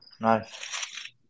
Nice